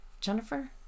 Jennifer